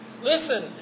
Listen